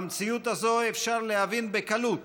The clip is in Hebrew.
במציאות הזאת אפשר להבין בקלות